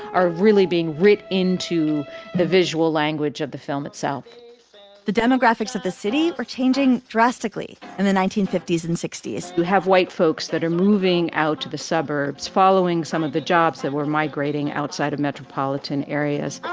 are really being ripped into the visual language of the film itself the demographics of the city are changing drastically in and the nineteen fifty s and sixty s, who have white folks that are moving out to the suburbs following some of the jobs that and were migrating outside of metropolitan areas